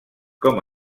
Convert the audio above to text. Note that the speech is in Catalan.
com